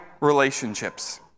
relationships